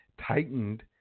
tightened